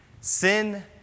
sin